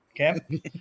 Okay